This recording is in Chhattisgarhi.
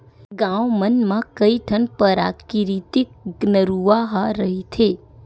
गाँव मन म कइठन पराकिरितिक नरूवा ह रहिथे